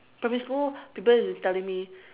primary school people is just telling me